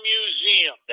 Museum